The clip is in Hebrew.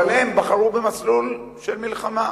אבל הם בחרו במסלול של מלחמה.